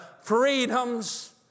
freedoms